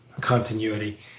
continuity